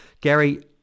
Gary